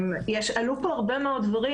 עלו פה הרבה מאוד דברים,